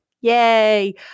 Yay